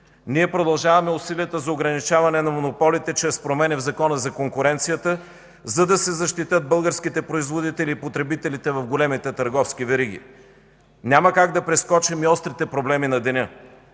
Ние продължаваме усилията за ограничаване на монополите чрез промени в Закона за конкуренцията, за да се защитят българските производители и потребителите в големите търговски вериги. Няма как да прескочим и острите проблеми на деня.